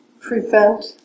prevent